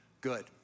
good